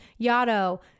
yato